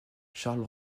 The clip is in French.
charles